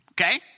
Okay